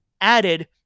added